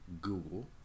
Google